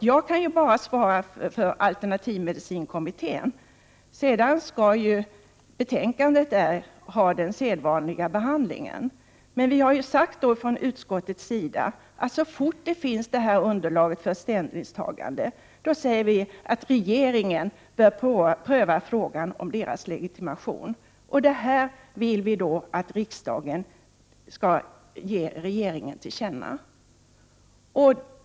Jag kan bara svara för alternativmedicinkommittén; därefter skall betänkandet få den sedvanliga behandlingen. Men vi har sagt från utskottet att så fort det finns ett tillräckligt underlag för ett ställningstagande bör regeringen pröva frågan om naprapaternas legitimation. Detta vill vi att riksdagen skall ge regeringen till känna.